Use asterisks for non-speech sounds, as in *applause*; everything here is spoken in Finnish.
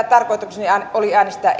*unintelligible* tarkoitukseni oli äänestää *unintelligible*